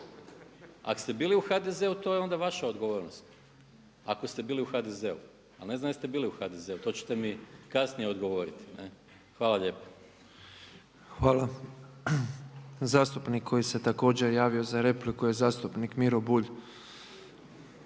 Ako ste bili u HDZ-u to je onda vaša odgovornost, ako ste bili u HDZ-u? Ali ne znam jest bili u HDZ-u, to ćete mi kasnije odgovoriti. Hvala lijepa. **Petrov, Božo (MOST)** Hvala. Zastupnik koji se također javio za repliku je zastupnik Miro Bulj.